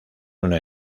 una